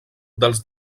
dels